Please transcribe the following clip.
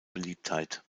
beliebtheit